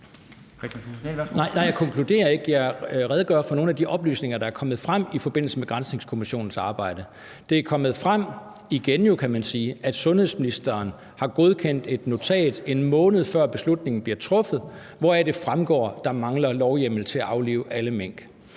(DF): Jeg konkluderer ikke noget. Jeg redegør for nogle af de oplysninger, der er kommet frem i forbindelse med granskningskommissionens arbejde. Det er igen kommet frem, kan man sige, at sundhedsministeren har godkendt et notat, en måned før beslutningen bliver truffet, hvoraf det fremgår, at der mangler lovhjemmel til at aflive alle mink.